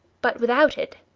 but without it.